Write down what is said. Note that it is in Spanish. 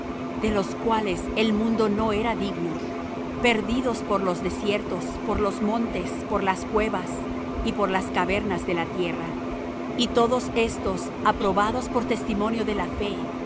de los cuales el mundo no era digno perdidos por los desiertos por los montes por las cuevas y por las cavernas de la tierra y todos éstos aprobados por testimonio de la fe